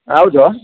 ಯಾವ್ದು